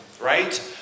right